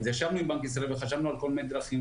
ישבנו עם בנק ישראל וחשבנו על כל מיני דרכים,